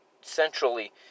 centrally